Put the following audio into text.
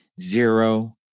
zero